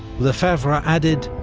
lefebvre added,